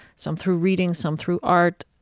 some through reading, some through art,